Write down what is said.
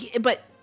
but-